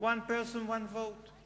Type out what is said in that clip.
One Person, One Vote.